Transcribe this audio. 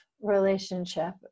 relationship